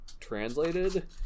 translated